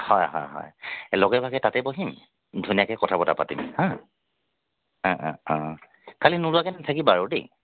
হয় হয় হয় লগে ভাগে তাতে বহিম ধুনীয়াকৈ কথা বতৰা পাতিম হা অ অ অ খালি নোলোৱাকৈ নাথাকিবা আৰু দেই